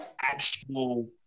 actual